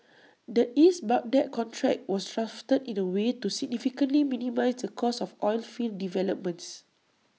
the east Baghdad contract was drafted in A way to significantly minimise the cost of oilfield developments